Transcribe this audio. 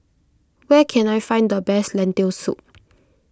where can I find the best Lentil Soup